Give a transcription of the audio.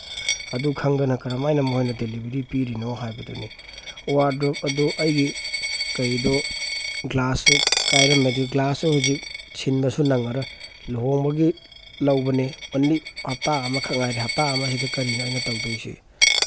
ꯑꯗꯨ ꯈꯪꯗꯅ ꯀꯔꯝ ꯍꯥꯏꯅ ꯃꯣꯏꯅ ꯗꯦꯂꯤꯕꯔꯤ ꯄꯤꯔꯤꯅꯣ ꯍꯥꯏꯕꯗꯨꯅꯤ ꯋꯥꯔꯗ꯭ꯔꯣꯞ ꯑꯗꯨ ꯑꯩꯒꯤ ꯀꯔꯤꯗꯣ ꯒ꯭ꯂꯥꯁꯁꯨ ꯀꯥꯏꯔꯝꯃꯦ ꯑꯗꯨ ꯒ꯭ꯂꯥꯁꯁꯨ ꯍꯧꯖꯤꯛ ꯁꯤꯟꯕꯁꯨ ꯅꯪꯉꯔꯣꯏ ꯂꯨꯍꯣꯡꯕꯒꯤ ꯂꯧꯕꯅꯤ ꯑꯣꯟꯂꯤ ꯍꯞꯇꯥ ꯑꯃꯈꯛ ꯉꯥꯏꯔꯦ ꯍꯞꯇꯥ ꯑꯃꯁꯤꯗ ꯀꯔꯤꯅꯣ ꯑꯩꯅ ꯇꯧꯗꯣꯏꯁꯤ